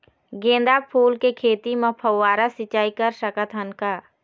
गेंदा फूल के खेती म फव्वारा सिचाई कर सकत हन का?